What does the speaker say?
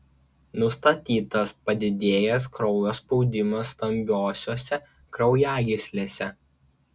nustatytas padidėjęs kraujo spaudimas stambiosiose kraujagyslėse